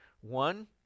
one